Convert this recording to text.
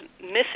missing